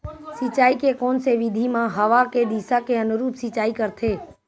सिंचाई के कोन से विधि म हवा के दिशा के अनुरूप सिंचाई करथे?